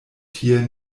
tie